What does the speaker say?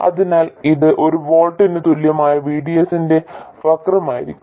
അതിനാൽ ഇത് ഒരു വോൾട്ടിന് തുല്യമായ VDS ന്റെ വക്രമായിരിക്കും